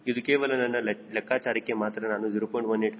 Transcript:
ಇದು ಕೇವಲ ನನ್ನ ಲೆಕ್ಕಾಚಾರಕ್ಕೆ ಮಾತ್ರ ನಾನು 0